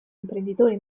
imprenditore